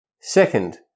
Second